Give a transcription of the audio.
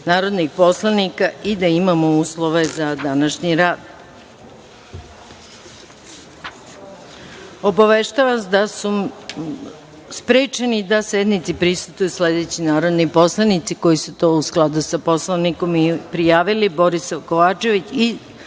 narodnih poslanika i da imamo uslove za današnji rad. Obaveštavam vas da su sprečeni da sednici prisustvuju sledeći narodni poslanici, koji su to, u skladu sa Poslovnikom, prijavili: Borisav Kovačević i